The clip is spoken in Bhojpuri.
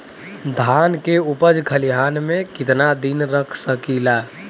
धान के उपज खलिहान मे कितना दिन रख सकि ला?